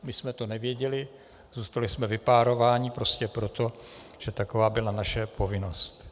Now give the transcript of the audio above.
My jsme to nevěděli, zůstali jsme vypárováni prostě proto, že taková byla naše povinnost.